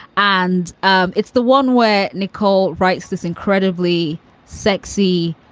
and um it's the one where nicole writes this incredibly sexy,